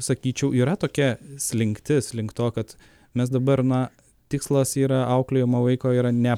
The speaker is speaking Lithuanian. sakyčiau yra tokia slinktis link to kad mes dabar na tikslas yra auklėjamo vaiko yra ne